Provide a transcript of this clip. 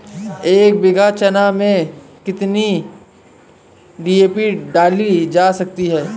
एक बीघा चना में कितनी डी.ए.पी डाली जा सकती है?